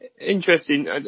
Interesting